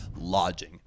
lodging